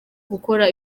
gukora